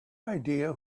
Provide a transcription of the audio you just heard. idea